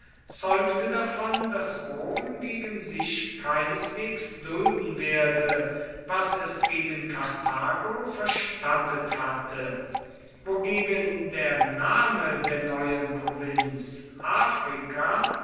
zeugte davon daß rom gegen sich keineswegs dulden werde was es gegen karthago verstattet hatte wogegen der name der neuen provinz africa